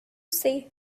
say